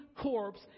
corpse